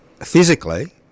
physically